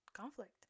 conflict